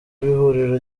w’ihuriro